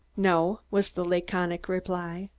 no, was the laconic reply.